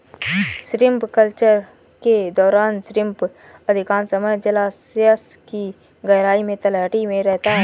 shrimp culture के दौरान shrimp अधिकांश समय जलायश की गहराई में तलहटी में रहता है